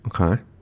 Okay